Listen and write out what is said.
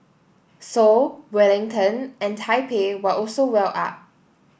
Seoul Wellington and Taipei were also well up